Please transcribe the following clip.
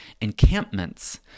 encampments